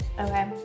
Okay